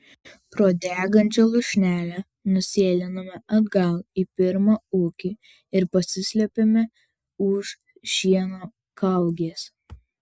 pro degančią lūšnelę nusėlinome atgal į pirmą ūkį ir pasislėpėme už šieno kaugės